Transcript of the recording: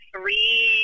three